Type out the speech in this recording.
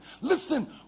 Listen